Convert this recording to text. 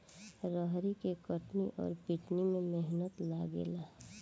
रहरी के कटनी अउर पिटानी में मेहनत लागेला